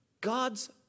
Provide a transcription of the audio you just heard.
God's